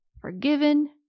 forgiven